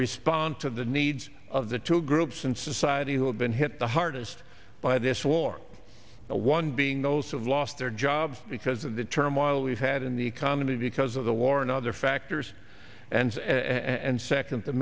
respond to the needs of the two groups in society who have been hit the hardest by this war the one being those who've lost their jobs because of the turmoil we've had in the economy because of the war and other factors and and second